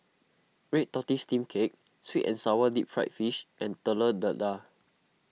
Red Tortoise Steamed Cake Sweet and Sour Deep Fried Fish and Telur Dadah